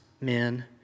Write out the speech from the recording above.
men